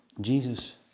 Jesus